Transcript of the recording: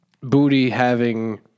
booty-having